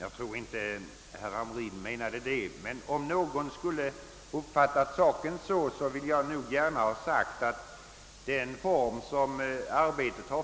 Jag tror inte att herr Hamrin menade så, men om någon skulle ha uppfattat saken på det sättet vill jag gärna ha sagt att lagstiftningen aldrig lagt hinder